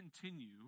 continue